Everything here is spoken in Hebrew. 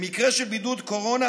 במקרה של בידוד קורונה,